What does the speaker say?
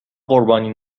قربانی